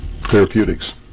therapeutics